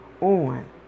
on